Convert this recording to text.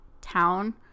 town